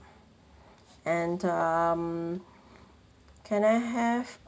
and um can I have